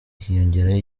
hiyongeraho